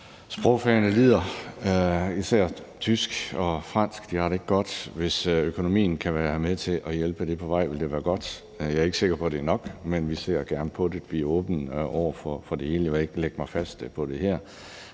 Sprogfagene lider, især tysk og fransk har det ikke godt. Hvis økonomien kan være med til at hjælpe dem på vej, vil det være godt. Jeg er ikke sikker på, at det er nok, men vi ser gerne på det. Vi er åbne over for det hele, jeg vil ikke lægge mig fast på det her.